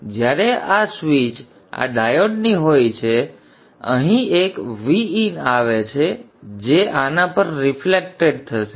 જ્યારે આ સ્વીચ આ ડાયોડની હોય છે ત્યારે અહીં એક Vin આવે છે જે આના પર રિફ્લેક્ટેડ થશે